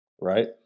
right